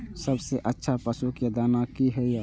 सबसे अच्छा पशु के दाना की हय?